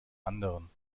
anderen